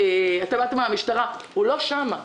אתה יודע מה, משטרה, הוא לא שם.